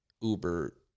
Uber